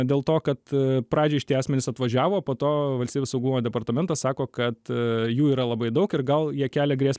dėl to kad pradžioj šitie asmenys atvažiavo po to valstybės saugumo departamentas sako kad jų yra labai daug ir gal jie kelia grės